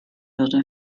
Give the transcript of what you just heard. würde